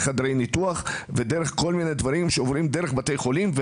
חדרי ניתוח ודרך כל מיני דברים שעוברים דרך בתי חולים,